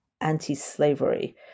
anti-slavery